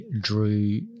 drew